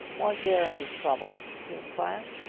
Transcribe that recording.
was there any trouble? he inquired.